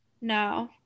No